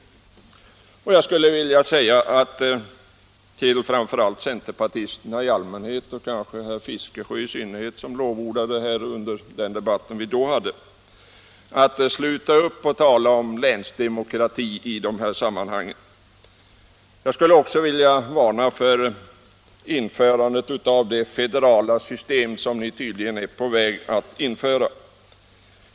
: 125 Jag skulle vilja säga till framför allt centerpartisterna och kanske i synnerhet herr Fiskesjö, som lovordade den här konstruktionen under debatten som vi hade för 14 dagar sedan: Sluta upp att tala om länsdemokrati i de här sammanhangen. Jag skulle också vilja varna för införandet av det federala system som ni tydligen är på väg att införa.